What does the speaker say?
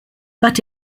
but